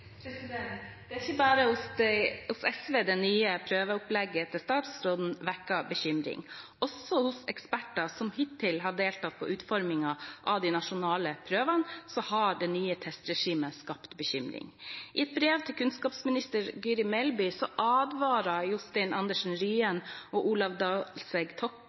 Det er ikke bare hos SV det nye prøveopplegget til statsråden vekker bekymring. Også hos eksperter som hittil har deltatt i utformingen av de nasjonale prøvene, har det nye testregimet skapt bekymring. I et brev til kunnskapsminister Guri Melby advarer Jostein Andresen Ryen og Olav